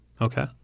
Okay